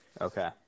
Okay